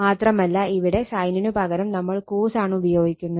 മാത്രമല്ല ഇവിടെ സൈനിനു പകരം നമ്മൾ കോസ് ആണ് ഉപയോഗിക്കുന്നത്